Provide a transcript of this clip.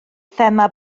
thema